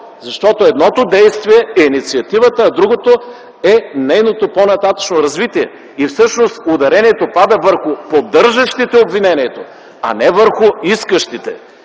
защото едното действие е инициативата, а другото е нейното по-нататъшно развитие. Всъщност ударението пада върху поддържащите обвинението, а не върху искащите.